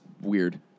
weird